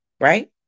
right